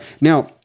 Now